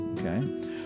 okay